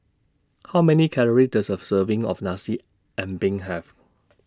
How Many Calories Does A Serving of Nasi Ambeng Have